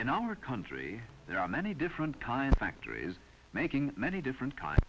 in our country there are many different kinds of factories making many different